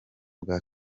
bwa